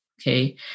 Okay